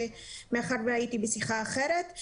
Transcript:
מאחר והייתי בשיחה אחרת.